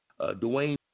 Dwayne